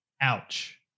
ouch